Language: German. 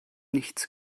nichts